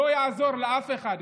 לא יעזור לאף אחד.